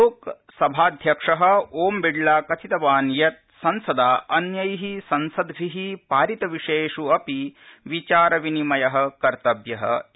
लोकसभाध्यक्षः ओमबिडला कथितवान् यत् संसदा अन्यैः संसद्भिः पारितविषयेष् अपि विचारविनिमयः कर्तव्यः इति